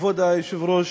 כבוד היושב-ראש,